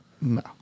No